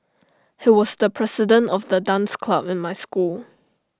he was the president of the dance club in my school